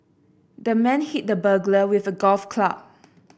the man hit the burglar with a golf club